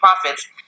profits